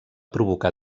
provocar